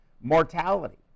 mortality